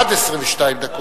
עד 22 דקות.